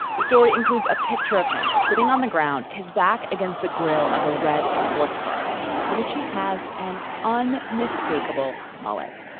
the story includes a picture of him sitting on the ground, his back against the grill of a red sports car in which he has an unmistakable mullet.